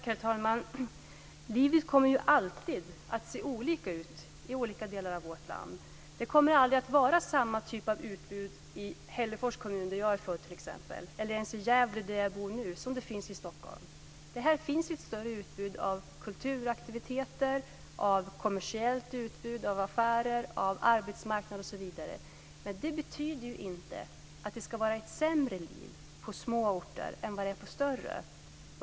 Herr talman! Livet kommer alltid att se olika ut i olika delar av vårt land. Det kommer aldrig att vara samma typ av utbud i t.ex. Hällefors kommun, där jag är född, eller ens i Gävle, där jag bor nu, som det är i Stockholm. Här finns ett större utbud av kulturaktiviteter, ett kommersiellt utbud av affärer, av arbetsmarknad osv. Men det betyder inte att det ska vara ett sämre liv på små orter än det är på större.